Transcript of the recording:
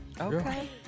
Okay